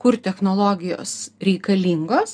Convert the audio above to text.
kur technologijos reikalingos